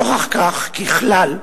נוכח כך, ככלל,